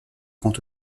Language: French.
grand